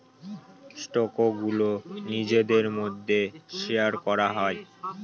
স্টকগুলো নিজেদের মধ্যে শেয়ার করা হয়